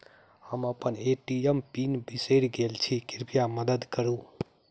हम अप्पन ATM pin बिसरि गेल छी कृपया मददि करू